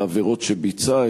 את העבירות שביצע,